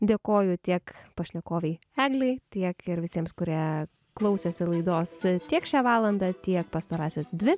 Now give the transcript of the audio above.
dėkoju tiek pašnekovei eglei tiek ir visiems kurie klausėsi laidos tiek šią valandą tiek pastarąsias dvi